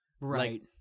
Right